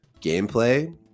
gameplay